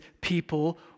people